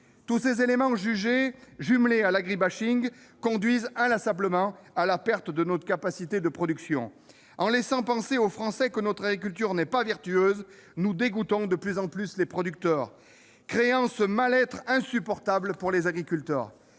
Tous ces éléments, jumelés à l'agri-bashing, conduisent sans relâche à la perte de notre capacité de production. En laissant penser aux Français que notre agriculture n'est pas vertueuse, nous dégoûtons de plus en plus les producteurs, créant ce mal-être insupportable pour les agriculteurs.